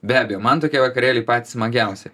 be abejo man tokie vakarėliai patys smagiausi